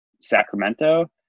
Sacramento